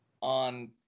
on